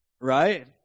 Right